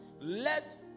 let